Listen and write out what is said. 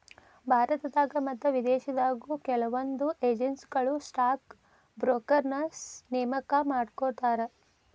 ಭಾರತದಾಗ ಮತ್ತ ವಿದೇಶದಾಗು ಕೆಲವೊಂದ್ ಏಜೆನ್ಸಿಗಳು ಸ್ಟಾಕ್ ಬ್ರೋಕರ್ನ ನೇಮಕಾ ಮಾಡ್ಕೋತಾರ